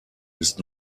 ist